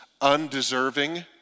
undeserving